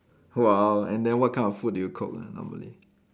!wow! and then what kind of food do you cook lah normally